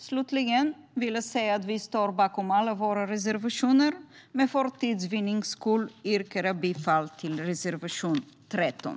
Slutligen vill jag säga att vi står bakom alla våra reservationer, men för tids vinnande yrkar jag bifall endast till reservation 13.